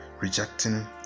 rejecting